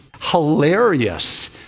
hilarious